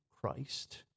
Christ